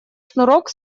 шнурок